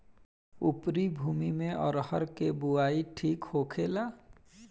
उपरी भूमी में अरहर के बुआई ठीक होखेला?